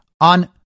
on